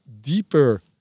deeper